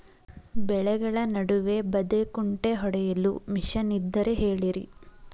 ಬೆಳೆಗಳ ನಡುವೆ ಬದೆಕುಂಟೆ ಹೊಡೆಯಲು ಮಿಷನ್ ಇದ್ದರೆ ಹೇಳಿರಿ